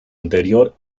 anterior